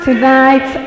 Tonight